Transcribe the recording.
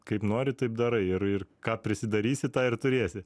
kaip nori taip darai ir ir ką prisidarysi tą ir turėsi